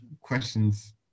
questions